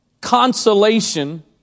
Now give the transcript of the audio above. Consolation